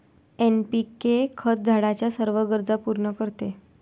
NPK खत झाडाच्या सर्व गरजा पूर्ण करते